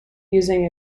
using